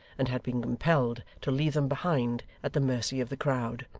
and had been compelled to leave them behind, at the mercy of the crowd.